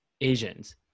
Asians